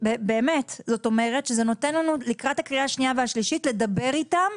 זה נותן לנו לקראת הקריאה השנייה והשלישית אפשרות לדבר איתה.